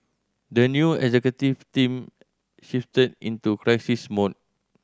the new executive team shifted into crisis mode